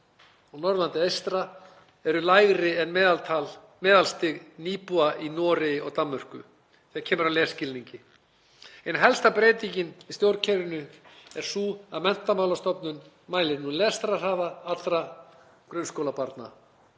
og Norðurlandi eystra séu lægri en meðalstig nýbúa í Noregi og Danmörku þegar kemur að lesskilningi. Ein helsta breytingin í stjórnkerfinu er sú að Menntamálastofnun mælir nú lestrarhraða allra grunnskólabarna.